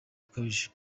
bukabije